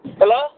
Hello